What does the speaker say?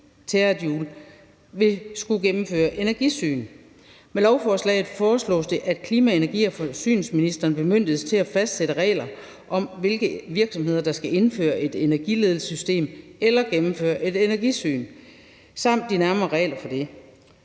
vil skulle gennemføre et energisyn. Med lovforslaget foreslås det, at klima-, energi- og forsyningsministeren bemyndiges til at fastsætte regler om, hvilke virksomheder der skal indføre et energiledelsessystem eller gennemføre et energisyn, samt de nærmere regler for det.